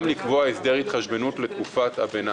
לקבוע הסדר התחשבנות לתקופת הביניים.